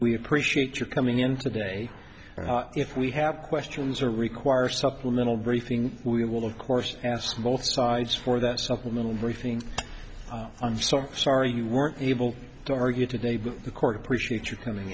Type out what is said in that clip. we appreciate your coming in today and if we have questions or require supplemental briefing we will of course ask both sides for that supplemental briefing i'm so sorry you weren't able to argue today but the court appreciate your coming